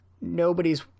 nobody's